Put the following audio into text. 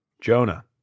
Jonah